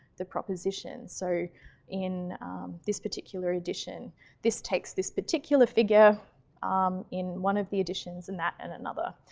the proposition. so in this particular edition this takes this particular figure um in one of the editions and that and another.